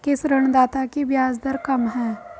किस ऋणदाता की ब्याज दर कम है?